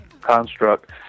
construct